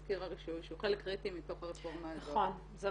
הסכום הבסיסי שנקבע הוא 50,000 שקלים כאשר אפילו בחוק אשראי